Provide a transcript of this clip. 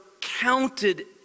counted